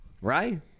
Right